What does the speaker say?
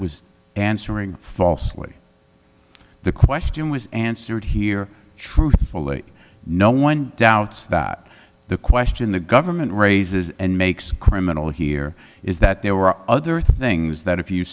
was answering falsely the question was answered here truthfully no one doubts that the question the government raises and makes criminal here is that there were other things that if you